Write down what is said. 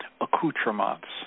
accoutrements